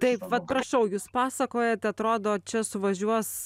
taip vat prašau jūs pasakojat atrodo čia suvažiuos